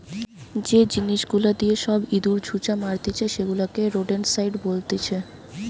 যে জিনিস গুলা দিয়ে সব ইঁদুর, ছুঁচো মারতিছে সেগুলাকে রোডেন্টসাইড বলতিছে